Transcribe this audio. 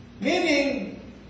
Meaning